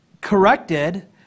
corrected